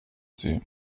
sie